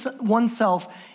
oneself